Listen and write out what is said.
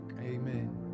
amen